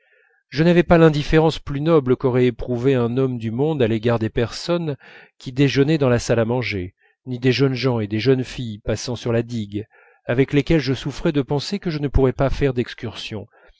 je n'avais pas l'indifférence plus noble qu'aurait éprouvée un homme du monde à l'égard des personnes qui déjeunaient dans la salle à manger ni des jeunes gens et des jeunes filles passant sur la digue avec lesquels je souffrais de penser que je ne pourrais pas faire d'excursions